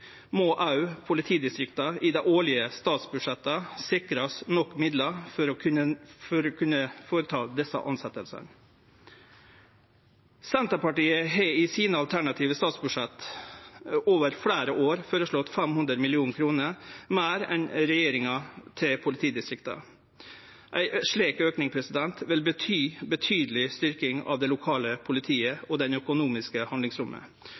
må òg politidistrikta i dei årlege statsbudsjetta sikrast nok midlar for å kunne gjere desse tilsetjingane. Senterpartiet har i sine alternative statsbudsjett over fleire år føreslått 500 mill. kr meir enn regjeringa til politidistrikta. Ein slik auke vil bety ei betydeleg styrking av det lokale politiet og det økonomiske handlingsrommet,